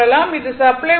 இது supply voltage 70